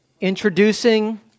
introducing